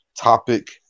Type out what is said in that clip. topic